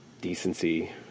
decency